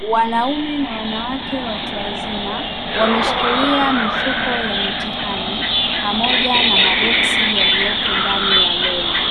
Wanaume na wanawake watu wazima wameshikilia mifuko ya mitihani pamoja na maboksi yaliyoko ndani ya lori,